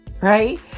right